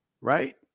right